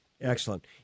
Excellent